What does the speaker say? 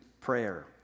prayer